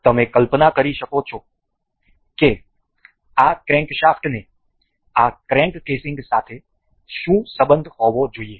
તમે કલ્પના કરી શકો છો કે આ ક્રેન્કશફ્ટને આ ક્રેંક કેસિંગ સાથે શું સંબંધ હોવો જરૂરી છે